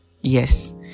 yes